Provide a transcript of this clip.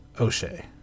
O'Shea